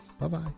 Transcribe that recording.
Bye-bye